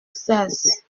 seize